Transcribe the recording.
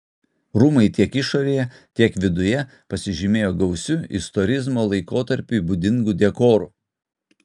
rūmai tiek išorėje tiek viduje pasižymėjo gausiu istorizmo laikotarpiui būdingu dekoru